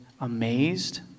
amazed